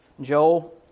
Joel